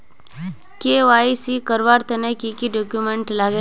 KYC करवार तने की की डॉक्यूमेंट लागे?